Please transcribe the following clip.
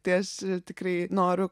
tai aš tikrai noriu